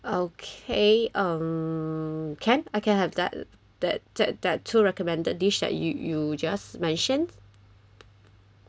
okay um can I can have that that that that two recommended dish that you you just mentioned